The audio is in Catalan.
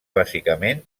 bàsicament